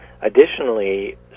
Additionally